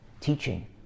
teaching